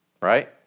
right